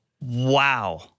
Wow